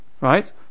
Right